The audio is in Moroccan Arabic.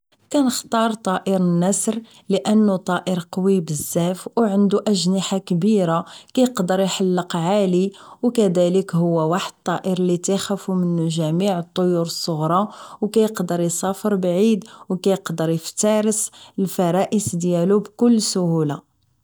كنختار طائر النسر لانه طائر قوي بزاف وعندو اجنحه كبيره كيقدر يحلق عالي وكذلك هو الطائر اللي تخاف منه جميع الطيور الصغرى ويقدر يسافر بعيد ويقدر يفترس الفرائس ديالو بكل سهوله